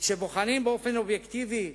כשבוחנים באופן אובייקטיבי,